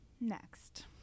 Next